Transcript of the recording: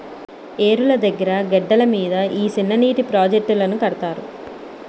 ఏరుల దగ్గిర గెడ్డల మీద ఈ సిన్ననీటి ప్రాజెట్టులను కడతారు